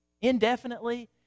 indefinitely